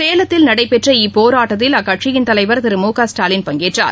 சேலத்தில் நடைபெற்ற இப்போராட்டத்தில் அக்கட்சியின் தலைவர் திரு மு க ஸ்டாலின் பங்கேற்றார்